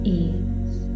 ease